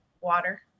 water